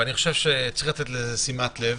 צריך לתת לזה שימת לב,